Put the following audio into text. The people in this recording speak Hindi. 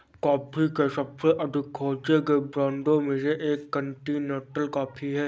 कॉफ़ी के सबसे अधिक खोजे गए ब्रांडों में से एक कॉन्टिनेंटल कॉफ़ी है